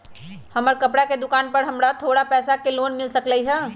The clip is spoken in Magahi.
हमर कपड़ा के दुकान है हमरा थोड़ा पैसा के लोन मिल सकलई ह?